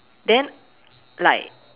then like